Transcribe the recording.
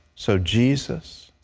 so, jesus,